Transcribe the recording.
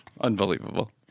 Unbelievable